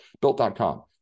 Built.com